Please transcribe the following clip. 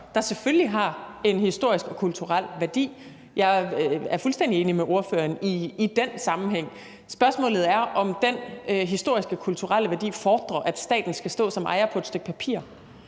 der selvfølgelig har en historisk og kulturel værdi – jeg fuldstændig enig med ordføreren i den sammenhæng – men spørgsmålet er, om den historiske og kulturelle værdi fordrer, at staten skal stå som ejer på et stykke papir,